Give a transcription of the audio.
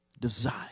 desire